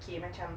okay macam